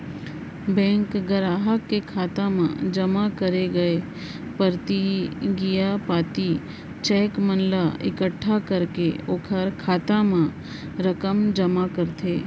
bank गराहक के खाता म जमा करे गय परतिगिया पाती, चेक मन ला एकट्ठा करके ओकर खाता म रकम जमा करथे